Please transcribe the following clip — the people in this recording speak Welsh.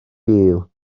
byw